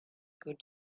could